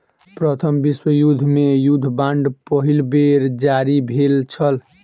प्रथम विश्व युद्ध मे युद्ध बांड पहिल बेर जारी भेल छल